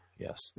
yes